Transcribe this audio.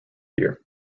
year